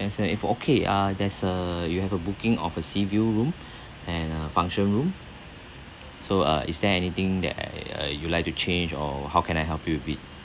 nine seven eight four okay uh there's a you have a booking of a sea view room and a function room so uh is there anything that uh uh you'd like to change or how can I help you with it